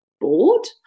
bored